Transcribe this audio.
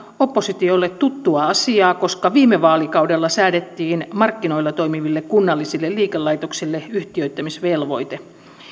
oppositiolle tuttua asiaa koska viime vaalikaudella säädettiin markkinoilla toimiville kunnallisille liikelaitoksille yhtiöittämisvelvoite